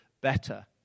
better